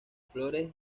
flores